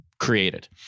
created